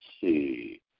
see